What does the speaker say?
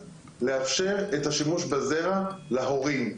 לאפשר את השימוש בזרע להורים.